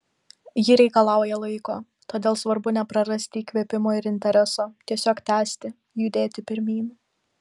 ji reikalauja laiko todėl svarbu neprarasti įkvėpimo ir intereso tiesiog tęsti judėti pirmyn